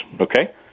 Okay